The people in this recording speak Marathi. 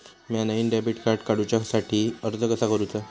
म्या नईन डेबिट कार्ड काडुच्या साठी अर्ज कसा करूचा?